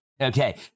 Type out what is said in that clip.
Okay